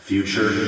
Future